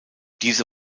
diese